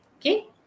Okay